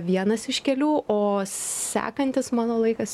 vienas iš kelių o sekantis mano laikas